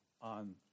on